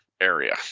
area